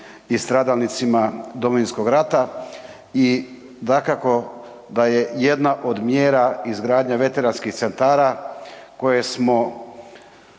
i stradalnicima Domovinskog rata i dakako da je jedna od mjera izgradnja veteranskih centara koje smo